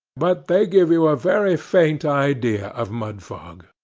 but they give you a very faint idea of mudfog.